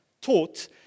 taught